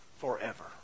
forever